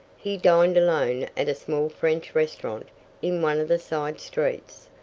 he dined alone at a small french restaurant in one of the side streets.